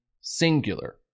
singular